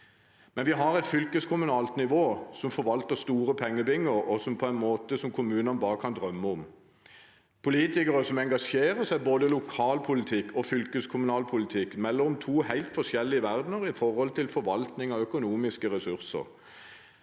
Men vi har et fylkeskommunalt nivå som forvalter store pengebinger, på en måte som kommunene bare kan drømme om. Politikere som engasjerer seg i både lokalpolitikk og fylkeskommunal politikk, melder om to helt forskjellige verdener når det gjelder forvaltning av økonomiske ressurser.